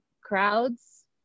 crowds